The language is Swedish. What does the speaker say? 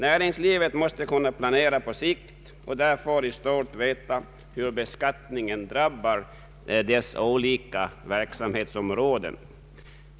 Näringslivet måste kunna planera på sikt och i stort veta hur beskattningen kommer att drabba dess olika verksamhetsområden.